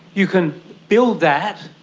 you can build that,